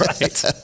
Right